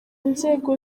nzego